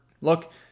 Look